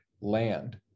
land